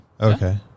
Okay